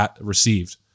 received